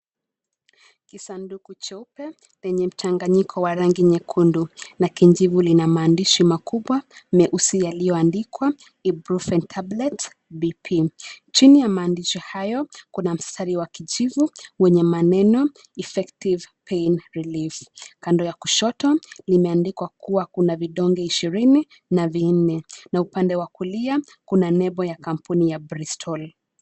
Kisanduku cheupe, lenye mchanganyiko wa rangi nyekundu na kijivu lina maandishi makubwa, meusi yaliyoandikwa, Ibuprofen Tablets BP , chini ya maandisho hayo, kuna mstari wa kijivu, wenye maneno, Effective Pain Relief , kando ya kushoto, limeandikwa kuwa kuna vidonge ishirini, na vinne, na upande wa kulia, kuna nembo ya kampuni ya Bristol .